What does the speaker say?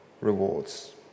rewards